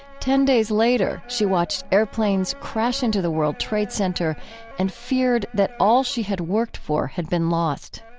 ten days later, she watched airplanes crash into the world trade center and feared that all she had worked for had been lost.